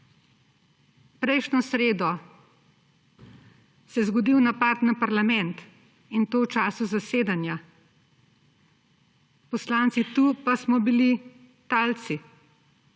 Prejšnjo sredo se je zgodil napad na parlament, in to v času zasedanja. Poslanci tu pa smo bili talci.